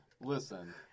Listen